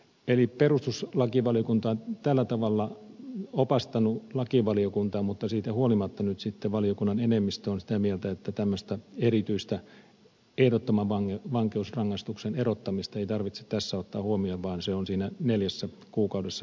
eli perustuslakivaliokunta on tällä tavalla opastanut lakivaliokuntaa mutta siitä huolimatta valiokunnan enemmistö on sitä mieltä että tämmöistä erityistä ehdottoman vankeusrangaistuksen erottamista ei tarvitse tässä ottaa huomioon vaan raja on siinä neljässä kuukaudessa